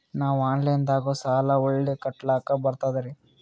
ನಾವು ಆನಲೈನದಾಗು ಸಾಲ ಹೊಳ್ಳಿ ಕಟ್ಕೋಲಕ್ಕ ಬರ್ತದ್ರಿ?